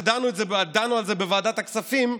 כשדנו על זה בוועדת הכספים,